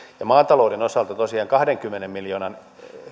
ja maatalouden osalta tosiaan tulee kahdenkymmenen miljoonan